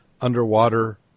underwater